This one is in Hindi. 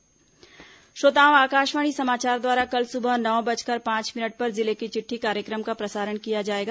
जिले की चिट्ठी श्रोताओं आकाशवाणी समाचार द्वारा कल सुबह नौ बजकर पांच मिनट पर जिले की चिट्ठी कार्यक्रम का प्रसारण किया जाएगा